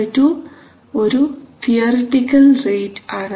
fs2 ഒരു theoretical rate ആണ്